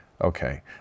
okay